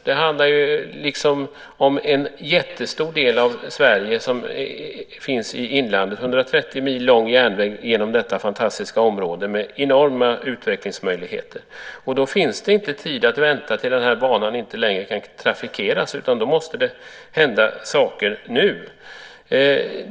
Det handlar om en jättestor del av Sverige som finns i inlandet och om 130 mil järnväg genom detta fantastiska område med enorma utvecklingsmöjligheter. Då finns det inte tid att vänta till den här banan inte längre kan trafikeras, utan det måste hända saker nu.